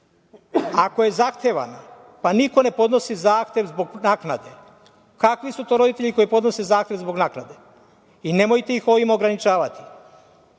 ako je zahtevano, pa niko ne podnosi zahtev zbog naknade. Kakvi su to roditelji koji podnose zahtev zbog naknade? Nemojte ih ovim ograničavati.